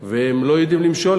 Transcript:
והם לא יודעים למשול,